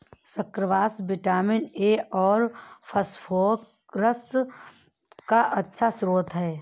squash vitamin A और phosphorus का अच्छा श्रोत है